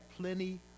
plenty